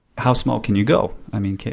how small can you go? i mean,